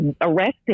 arrested